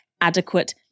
adequate